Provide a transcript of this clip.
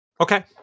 okay